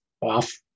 off